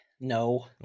No